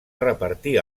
repartir